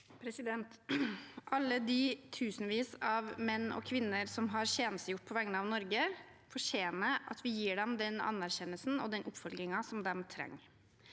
Alle de tusenvis av menn og kvinner som har tjenestegjort på vegne av Norge, fortjener at vi gir dem den anerkjennelsen og den oppfølgingen de trenger.